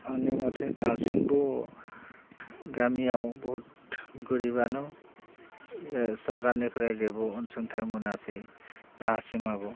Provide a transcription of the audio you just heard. आंनि मथे दासिमबो गामियाव बहुद गोरिबानो सरकारनिफ्राय जेबो अनसुंथाय मोनासै दासिमाबो